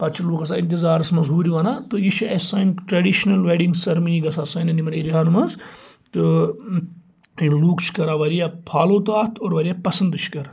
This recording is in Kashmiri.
پَتہٕ چھِ لُکھ آسان اِنتِظارَس منٛز ہُرۍ وَنان تہٕ یہِ چھِ اَسہِ سانہِ ٹرٛیٚڈِشنَل ویٚڈِنٛگ سٔرمٔنی گَژھان سانٮ۪ن یِمَن ایریا ہَن منٛز تہِ لُکھ چھِ کَران وارِیاہ فالو تہٕ اَتھ اور وارِیاہ پَسنٛد تہِ چھِ کَران